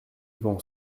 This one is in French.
vent